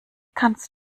kannst